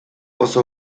oso